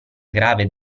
grave